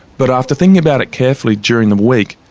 but after thinking about it carefully during the week,